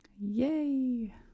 Yay